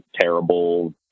terrible